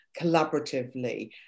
collaboratively